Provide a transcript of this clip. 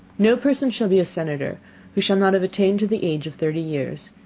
no person shall be a senator who shall not have attained to the age of thirty years,